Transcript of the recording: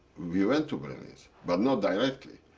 we went to brinnlitz, but not directly.